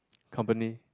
company